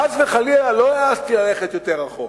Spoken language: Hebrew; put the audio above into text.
חס וחלילה לא העזתי ללכת יותר רחוק,